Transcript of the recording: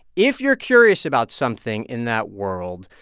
if you're curious about something in that world,